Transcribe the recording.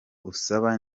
usaba